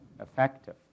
effective